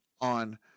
on